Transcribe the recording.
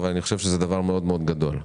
אבל זה דבר מאוד מאוד גדול.